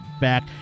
back